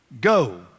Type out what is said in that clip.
Go